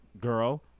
girl